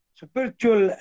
spiritual